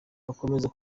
bakomeza